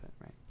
right